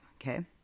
okay